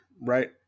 right